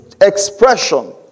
expression